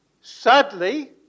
Sadly